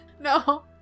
No